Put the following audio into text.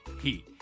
heat